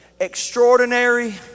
extraordinary